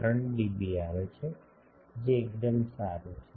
3 dB આવે છે જે એકદમ સારું છે